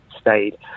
stayed